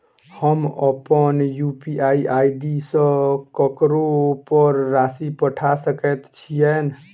हम अप्पन UPI ID सँ ककरो पर राशि पठा सकैत छीयैन?